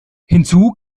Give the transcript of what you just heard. hinzu